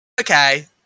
okay